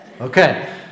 Okay